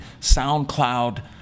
soundcloud